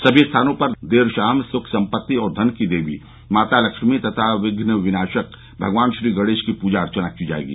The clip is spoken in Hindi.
सभी स्थानों पर देर शाम सुख सम्पत्ति और धन की देवी माता लक्ष्मी तथा विघ्नविनाशक भगवान श्रीगणेश की पूजा अर्चना की जायेगी